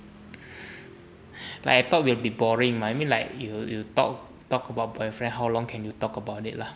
like I thought it will be boring mah I mean like you you talk talk about boyfriend how long can you talk about it lah